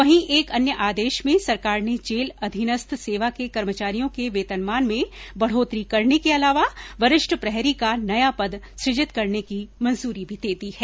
वहीं एक अन्य आदेश में सरकार ने जेल अधीनस्थ सेवा के कर्मचारियों के वेतनमान में बढोतरी करने के अलावा वरिष्ठ प्रहरी का नया पद सुजित करने की मंजूरी भी दे दी है